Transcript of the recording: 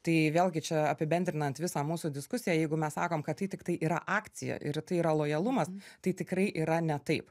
tai vėlgi čia apibendrinant visą mūsų diskusiją jeigu mes sakom kad tai tiktai yra akcija ir tai yra lojalumas tai tikrai yra ne taip